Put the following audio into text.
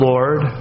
Lord